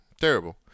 Terrible